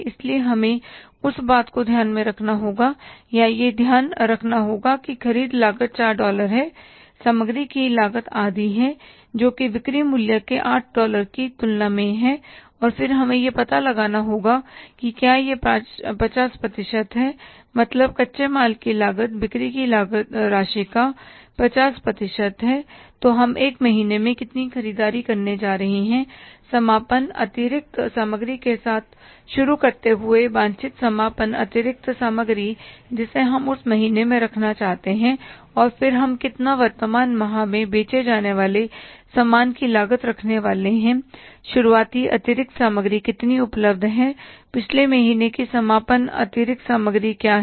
इसलिए हमें उस बात को ध्यान में रखना होगा या यह ध्यान रखना होगा कि ख़रीद लागत 4 डॉलर है सामग्री की लागत आधी है जो कि बिक्री मूल्य के 8 डॉलर की तुलना में है और फिर हमें यह पता लगाना होगा कि क्या यह 50 प्रतिशत है मतलब कच्चे माल की लागत बिक्री की राशि का 50 प्रतिशत है तो हम एक महीने में कितनी ख़रीददारी करने जा रहे हैं समापन अतिरिक्त सामग्री के साथ शुरू करते हुए वांछित समापन अतिरिक्त सामग्री जिसे हम उस महीने में रखना चाहते हैं और फिर हम कितना वर्तमान माह में बेचे जाने वाले सामान की लागत रखने वाले हैंशुरूआती अतिरिक्त सामग्री कितनी उपलब्ध है पिछले महीने की समापन अतिरिक्त सामग्री क्या है